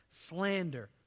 slander